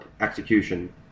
execution